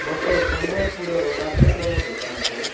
ମୋତେ ସମ୍ବଲପୁରର କାର୍ଯ୍ୟକ୍ରମ ଦେଖାନ୍ତୁ